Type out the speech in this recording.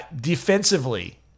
Defensively